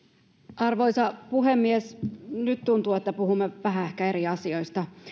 arvoisa puhemies nyt tuntuu että puhumme ehkä vähän eri asioista